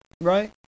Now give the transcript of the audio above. right